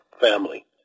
family